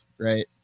right